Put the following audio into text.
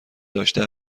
داشته